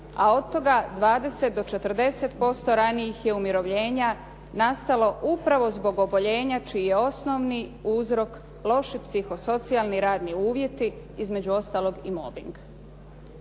a od toga 20 do 40% ranijih je umirovljenja nastalo upravo zbog oboljenja čiji je osnovni uzrok loši psiho socijalni radni uvjeti, između ostalog i mobbing.